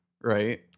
right